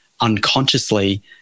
unconsciously